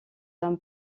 d’un